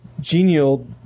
genial